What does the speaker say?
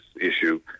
issue